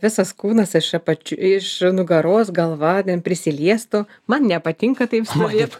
visas kūnas iš apač iš nugaros galva ten prisiliestų man nepatinka taip stovėt